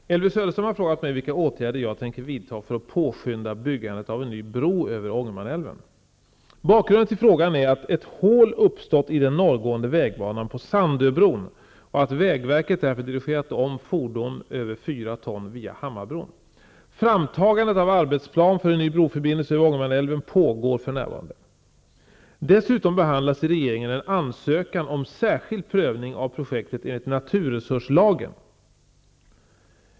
Herr talman! Elvy Söderström har frågat mig vilka åtgärder jag tänker vidta för att påskynda byggandet av en ny bro över Ångermanälven. Bakgrunden till frågan är att ett hål uppstått i den norrgående vägbanan på Sandöbron och att vägverket därför dirigerat om fordon över fyra ton via Hammarbron. Framtagandet av arbetsplan för en ny broförbindelse över Ångermanälven pågår för närvarande. Dessutom behandlas i regeringen en ansökan om särskild prövning av projektet enligt naturresurslagen.